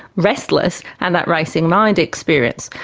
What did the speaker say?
restless, and that racing mind experience.